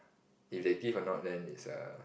if they give or not then it's a